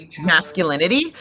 masculinity